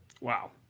Wow